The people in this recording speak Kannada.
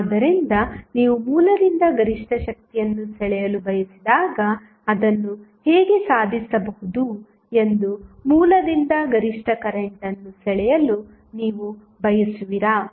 ಆದ್ದರಿಂದ ನೀವು ಮೂಲದಿಂದ ಗರಿಷ್ಠ ಶಕ್ತಿಯನ್ನು ಸೆಳೆಯಲು ಬಯಸಿದಾಗ ಅದನ್ನು ಹೇಗೆ ಸಾಧಿಸಬಹುದು ಎಂದು ಮೂಲದಿಂದ ಗರಿಷ್ಠ ಕರೆಂಟ್ ಅನ್ನು ಸೆಳೆಯಲು ನೀವು ಬಯಸುವಿರಾ